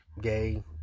gay